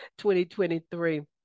2023